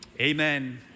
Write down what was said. Amen